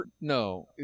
No